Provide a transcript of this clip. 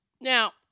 Now